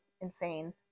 insane